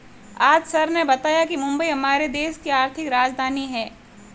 आज सर ने बताया कि मुंबई हमारे देश की आर्थिक राजधानी है